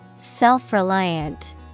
Self-reliant